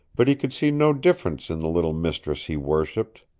but he could see no difference in the little mistress he worshipped.